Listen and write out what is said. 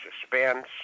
Suspense